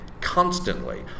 constantly